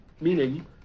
Meaning